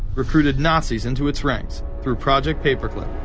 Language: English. recruited nazis into its ranks, through project paper clip,